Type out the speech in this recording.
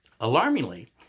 Alarmingly